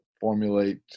formulate